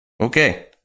Okay